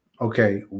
okay